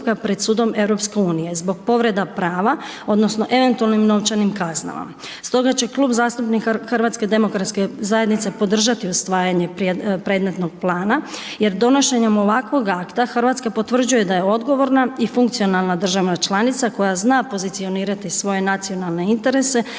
Hrvatska potvrđuje da je odgovorna i funkcionalna državna članica koja zna pozicionirati svoje nacionalne interese pri